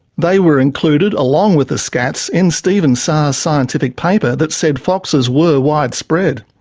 they were included, along with the scats, in stephen sarre's scientific paper that said foxes were widespread.